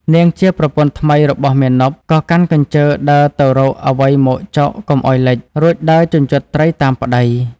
នាងជាប្រពន្ធថ្មីរបស់មាណព ក៏កាន់កញ្ជើដើរទៅរកអ្វីមកចុកកុំឱ្យលេច រួចដើរជញ្ជាត់ត្រីតាមប្តី។